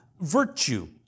virtue